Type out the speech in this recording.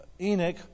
Enoch